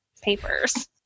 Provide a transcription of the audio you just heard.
papers